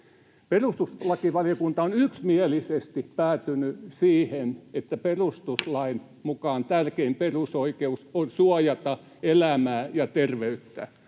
perustuslakivaliokunta on yksimielisesti päätynyt siihen, että perustuslain mukaan tärkein perusoikeus on suojata elämää ja terveyttä.